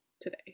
today